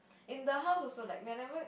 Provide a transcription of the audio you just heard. in the house also like whenever